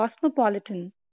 Cosmopolitan